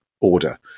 order